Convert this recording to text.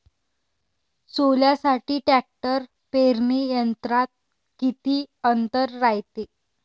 सोल्यासाठी ट्रॅक्टर पेरणी यंत्रात किती अंतर रायते?